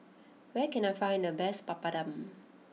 where can I find the best Papadum